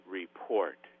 report